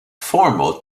formal